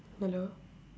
hello